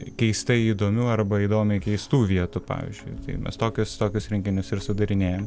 keistai įdomių arba įdomiai keistų vietų pavyzdžiui tai mes tokias tokius renginius ir sudarinėjam